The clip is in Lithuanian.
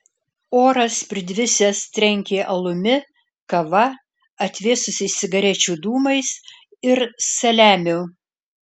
oras pridvisęs trenkė alumi kava atvėsusiais cigarečių dūmais ir saliamiu